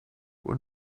und